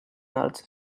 note